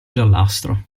giallastro